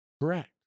Correct